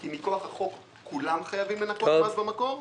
כי מכוח החוק כולם חייבים לנכות במקור,